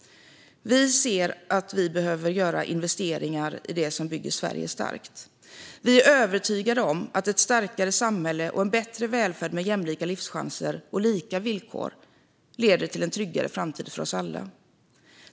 Vi behöver göra investeringar i det som bygger Sverige starkt. Vi är övertygade om att ett starkare samhälle och en bättre välfärd med jämlika livschanser och lika villkor leder till en tryggare framtid för oss alla.